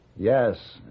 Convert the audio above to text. Yes